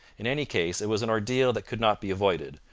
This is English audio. in any case, it was an ordeal that could not be avoided,